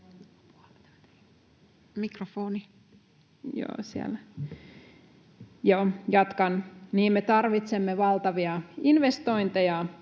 Jatkan. — ...me tarvitsemme valtavia investointeja